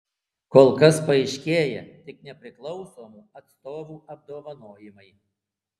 kol kas paaiškėję tik nepriklausomų atstovų apdovanojimai